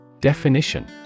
Definition